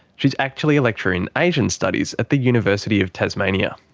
she's actually a lecturer in asian studies at the university of tasmania.